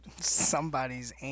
Somebody's